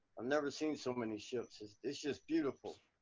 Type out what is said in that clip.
i've never seen so many ships, it's it's just beautiful.